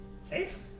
Safe